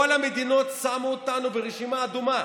כל המדינות שמו אותנו ברשימה האדומה.